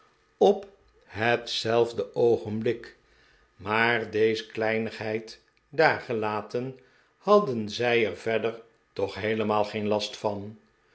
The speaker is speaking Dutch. op hetzelfde oogenblik maar deze kleinigheid daargelaten hadden zij er verder toch heelemaal geen last van